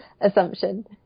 assumption